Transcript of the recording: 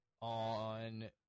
on